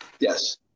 Yes